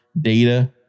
data